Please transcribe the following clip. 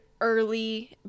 early